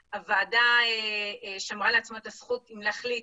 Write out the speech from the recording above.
הוועדה שמרה לעצמה את הזכות אם להחליט,